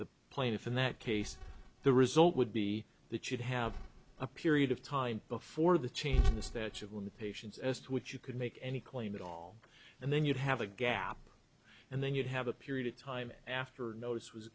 the plaintiffs in that case the result would be that you'd have a period of time before the change in the statute of limitations as to which you could make any claim at all and then you'd have a gap and then you'd have a period of time after a notice was